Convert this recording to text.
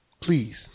please